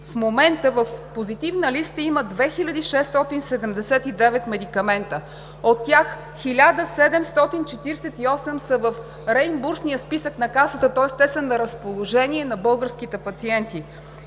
В момента в Позитивна листа има 2679 медикамента. От тях 1748 са в Реимбурсния списък на Касата, тоест те са на разположение на българските пациенти.